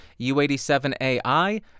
u87ai